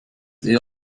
eher